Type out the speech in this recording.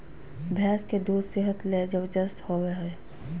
भैंस के दूध सेहत ले जबरदस्त होबय हइ